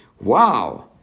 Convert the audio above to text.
wow